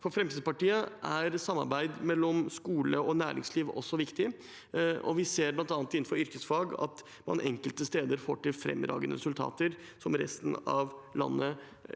For Fremskrittspartiet er samarbeid mellom skole og næringsliv også viktig, og vi ser bl.a. innenfor yrkesfag at man enkelte steder får til fremragende resultater som resten av landet kan